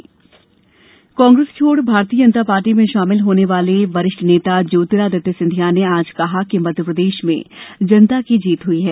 इस्तीफा प्रतिक्रिया कांग्रेस छोड भारतीय जनता पार्टी में शामिल होने वाले वरिष्ठ नेता ज्योतिरादित्य सिंधिया ने आज कहा कि मध्यप्रदेश में जनता की जीत हुयी है